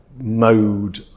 Mode